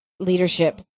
leadership